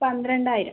പന്ത്രണ്ടായിരം